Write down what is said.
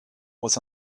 was